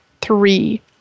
three